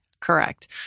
Correct